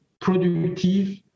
productive